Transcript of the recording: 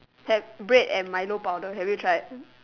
have bread and milo powder have you try